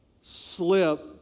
slip